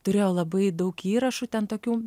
turėjau labai daug įrašų ten tokių